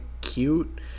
cute